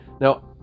Now